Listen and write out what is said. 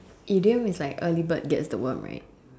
idiom is like early bird gets the worm right